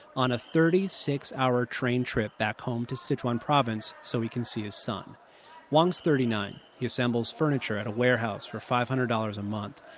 on a thirty six hour train trip back home to sichuan province so he can see his son wang's thirty nine. he assembles furniture at a warehouse for five hundred dollars a month.